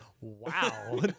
wow